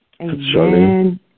Amen